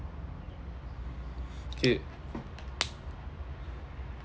okay